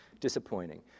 disappointing